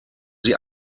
sie